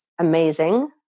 Amazing